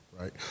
right